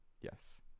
Yes